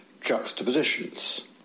juxtapositions